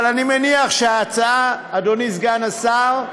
אבל אני מניח שההצעה, אדוני סגן השר,